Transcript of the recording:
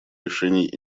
решений